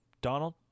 Donald